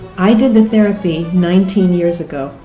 i did the therapy nineteen years ago,